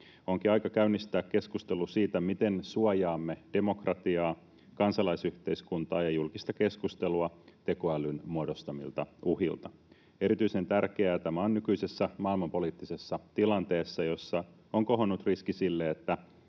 Onkin aika käynnistää keskustelu siitä, miten suojaamme demokratiaa, kansalaisyhteiskuntaa ja julkista keskustelua tekoälyn muodostamilta uhilta. Erityisen tärkeää tämä on nykyisessä maailmanpoliittisessa tilanteessa, jossa on kohonnut riski sille,